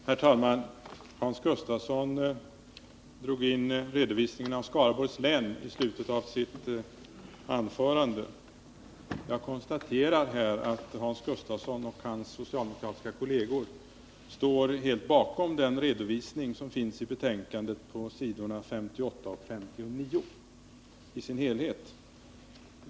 Herr talman! Hans Gustafsson drog in redovisningen av Skaraborgs län i slutet av sitt anförande. Jag konstaterar här att Hans Gustafsson och hans socialdemokratiska kolleger står helt bakom den redovisning som finns i betänkandet på s. 58 och 59.